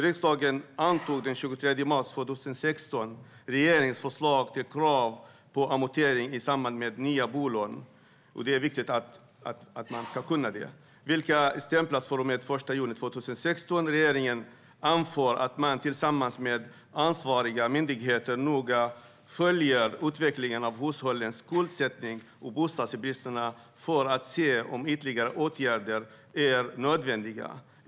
Riksdagen antog den 23 mars 2016 regeringens förslag till krav på amortering i samband med nya bolån vilka tilllämpas fr.o.m. den 1 juni 2016." Det är viktigt att man ska kunna ha sådana krav. "Regeringen anför att man tillsammans med ansvariga myndigheter noga följer utvecklingen av hushållens skuldsättning och bostadspriserna för att se om ytterligare åtgärder är nödvändiga.